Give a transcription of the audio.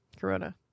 Corona